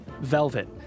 Velvet